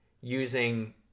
using